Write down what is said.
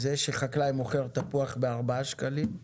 זה שחקלאי מוכר תפוח בארבעה שקלים,